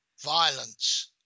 violence